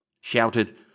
shouted